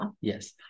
Yes